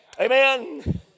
amen